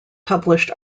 published